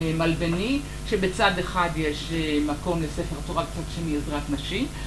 מלבני שבצד אחד יש מקום לספר תורה קצת שמעזרת נשים